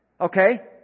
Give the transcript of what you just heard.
Okay